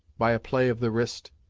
by a play of the wrist,